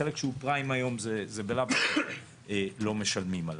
החלק שהוא פריים היום זה בלאו הכי לא משלמים עליו.